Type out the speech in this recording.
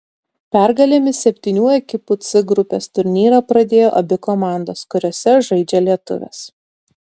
pergalėmis septynių ekipų c grupės turnyrą pradėjo abi komandos kuriose žaidžia lietuvės